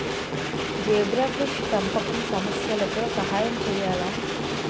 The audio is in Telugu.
జీబ్రాఫిష్ పెంపకం సమస్యలతో సహాయం చేయాలా?